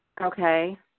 Okay